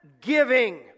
giving